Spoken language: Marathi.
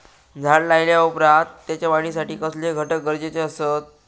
झाड लायल्या ओप्रात त्याच्या वाढीसाठी कसले घटक गरजेचे असत?